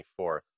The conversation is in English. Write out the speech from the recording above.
24th